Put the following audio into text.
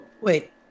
wait